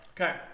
Okay